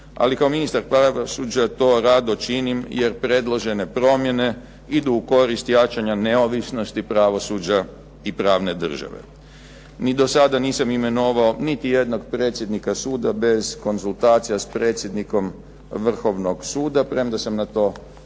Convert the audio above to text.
ali kao ministar pravosuđa to rado činim jer predložene promjene idu u korist jačanja neovisnosti pravosuđa i pravne države. Ni do sada nisam imenovao niti jednog predsjednika suda bez konzultacija s predsjednikom Vrhovnog suda premda sam na to